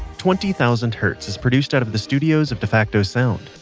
twenty thousand hertz is produced out of the studios of defacto sound,